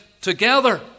together